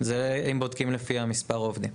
אם בודקים לפי מספר העובדים.